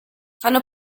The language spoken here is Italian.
fanno